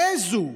העזו,